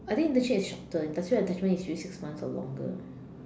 I think internship is shorter industrial attachment is usually six months or longer